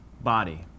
body